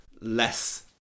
less